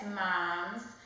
mom's